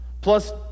Plus